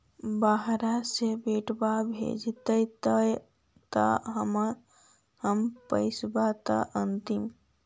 बाहर से बेटा भेजतय त हमर पैसाबा त अंतिम?